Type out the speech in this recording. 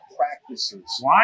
practices